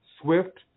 swift